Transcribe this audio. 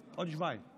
ההצבעה עוד שבועיים.